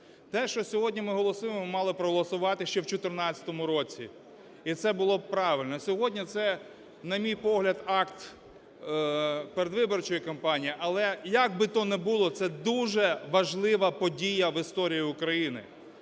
Те, що сьогодні ми голосуємо, ми мали проголосувати ще в 14-му році, і це було б правильно. А сьогодні це, на мій погляд, акт передвиборчої кампанії. Але як би то не було, це дуже важлива подія в історії України.